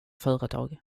företag